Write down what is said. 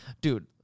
Dude